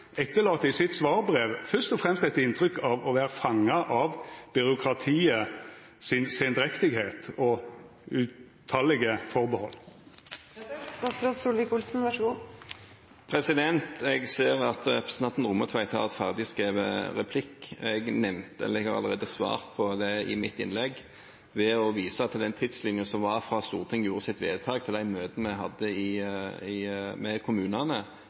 i sitt svarbrev først og fremst eit inntrykk av å vera fanga av byråkratiets somling og tallause atterhald. Jeg ser at representanten Rommetveit har en ferdigskrevet replikk. Jeg har allerede svart på dette i mitt innlegg ved å vise til den tidslinjen som gikk fra da Stortinget gjorde sitt vedtak, til de møtene vi hadde med kommunene.